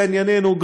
לענייננו,